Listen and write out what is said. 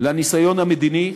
לניסיון המדיני,